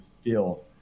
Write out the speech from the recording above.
feel